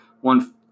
one